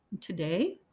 Today